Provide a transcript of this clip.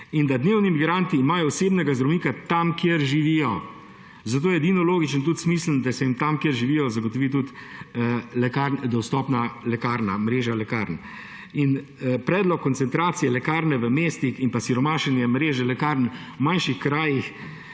mreže. Dnevni migranti imajo osebnega zdravnika tam, kjer živijo, zato je edino logično in tudi smiselno, da se jim tam, kjer živijo, zagotovi tudi dostopna lekarna, mreža lekarn. In predlog koncentracije lekarne v mestih in pa siromašenje mreže lekarn v manjših krajih